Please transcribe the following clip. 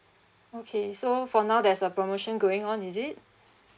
okay so for now there's a promotion going on is it